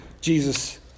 Jesus